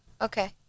okay